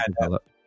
develop